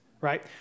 right